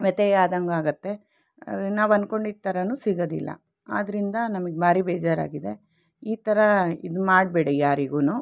ವ್ಯಥೆಯಾದಂಗೆ ಆಗುತ್ತೆ ನಾವು ಅನ್ಕೊಂಡಿದ್ದ ಥರನು ಸಿಗೋದಿಲ್ಲ ಆದ್ದರಿಂದ ನಮಗೆ ಭಾರಿ ಬೇಜಾರಾಗಿದೆ ಈ ಥರ ಇದು ಮಾಡಬೇಡಿ ಯಾರಿಗೂ